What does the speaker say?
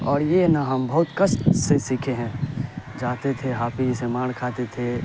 اور یہ نا ہم بہت کشٹ سے سیکھے ہیں جاتے تھے حافظ جی سے مار کھاتے تھے